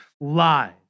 lies